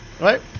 Right